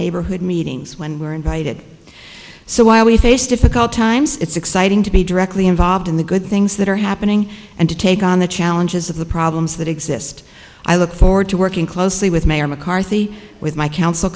neighborhood meetings when we're invited so while we face difficult times it's exciting to be directly involved in the good things that are happening and to take on the challenges of the problems that exist i look forward to working closely with mayor mccarthy with my council